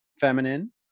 feminine